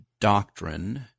doctrine